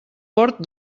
port